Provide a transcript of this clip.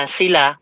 sila